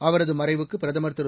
அவரது மறைவுக்கு பிரதமர் திரு